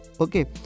Okay